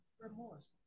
remorse